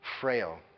frail